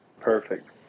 Perfect